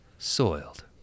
Soiled